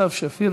סתיו שפיר,